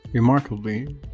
Remarkably